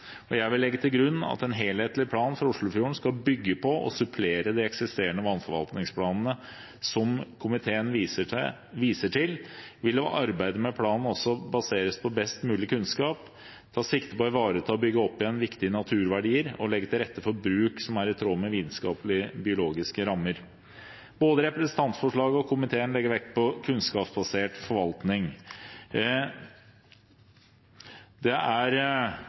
Vest-Viken. Jeg vil legge til grunn at en helhetlig plan for Oslofjorden skal bygge på og supplere de eksisterende vannforvaltningsplanene. Som komiteen viser til, vil arbeidet med planen også baseres på best mulig kunnskap ta sikte på å ivareta og bygge opp igjen viktige naturverdier legge til rette for bruk som er i tråd med vitenskapelige biologiske rammer Både representantforslaget og komiteen legger vekt på kunnskapsbasert forvaltning. Det er